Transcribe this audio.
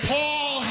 Paul